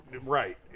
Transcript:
Right